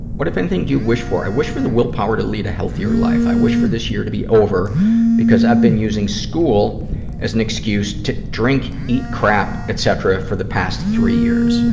what, if anything, do you wish for? i wish for the willpower to lead a healthier life. i wish for this year to be over because i've been using school as an excuse to drink, eat crap, etc. for the past three years